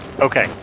Okay